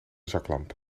zaklamp